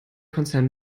konzern